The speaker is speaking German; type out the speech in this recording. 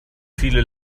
viele